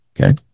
okay